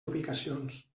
ubicacions